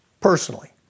personally